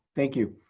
thank you.